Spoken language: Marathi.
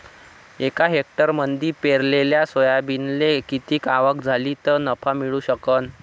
एका हेक्टरमंदी पेरलेल्या सोयाबीनले किती आवक झाली तं नफा मिळू शकन?